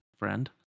Friend